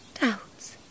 Doubts